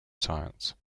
science